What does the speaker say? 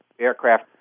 aircraft